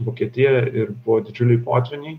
vokietija ir buvo didžiuliai potvyniai